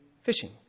fishing